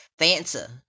Fanta